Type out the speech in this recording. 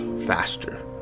faster